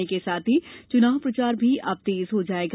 करने के साथ ही चुनाव प्रचार भी अब तेज हो जाएगा